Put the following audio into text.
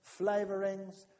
flavorings